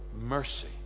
mercy